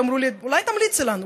שאמרו לי: אולי תמליצי לנו,